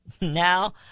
Now